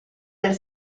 del